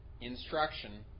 instruction